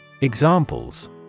Examples